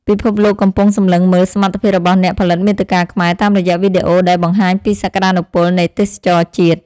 ពិភពលោកកំពុងសម្លឹងមើលសមត្ថភាពរបស់អ្នកផលិតមាតិកាខ្មែរតាមរយៈវីដេអូដែលបង្ហាញពីសក្តានុពលនៃទេសចរណ៍ជាតិ។